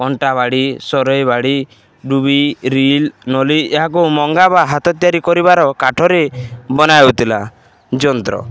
କଣ୍ଟାବାଡ଼ି ସରୋଇବାଡ଼ି ଡୁବି ରିଲ୍ ନଲି ଏହାକୁ ମଙ୍ଗା ବା ହାତ ତିଆରି କରିବାର କାଠରେ ବନାହେଉଥିଲା ଯନ୍ତ୍ର